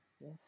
yes